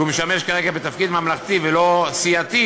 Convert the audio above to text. כי הוא משמש כרגע בתפקיד ממלכתי ולא סיעתי,